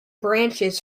branches